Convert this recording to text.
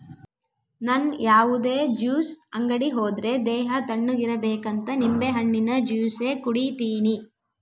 ನನ್ ಯಾವುದೇ ಜ್ಯೂಸ್ ಅಂಗಡಿ ಹೋದ್ರೆ ದೇಹ ತಣ್ಣುಗಿರಬೇಕಂತ ನಿಂಬೆಹಣ್ಣಿನ ಜ್ಯೂಸೆ ಕುಡೀತೀನಿ